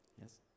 Yes